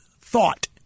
thought